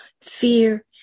fear